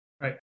Right